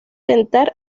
tentar